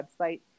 website